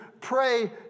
pray